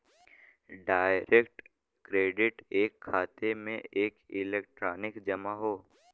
direct credit एक खाते में एक इलेक्ट्रॉनिक जमा हौ